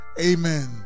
Amen